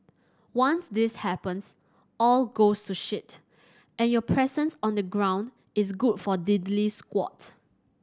once this happens all goes to shit and your presence on the ground is good for diddly squat